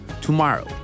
Tomorrow